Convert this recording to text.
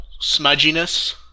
smudginess